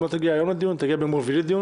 תגיע היום לדיון היא תגיע ביום רביעי.